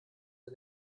der